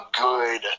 good